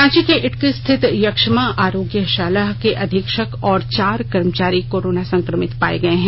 रांची के इटकी स्थित यक्षमा आरोग्यभााला के अधीक्षक और चार कर्मचारी कोरोना संकमित पाये गए हैं